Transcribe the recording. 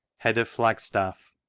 head of ftagstafi.